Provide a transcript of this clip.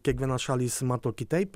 kiekvienos šalys mato kitaip